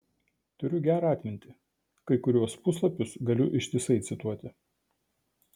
turiu gerą atmintį kai kuriuos puslapius galiu ištisai cituoti